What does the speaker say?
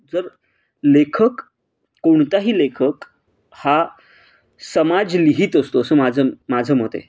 जर लेखक कोणताही लेखक हा समाज लिहित असतो असं माझं माझं मत आहे